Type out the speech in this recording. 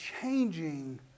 changing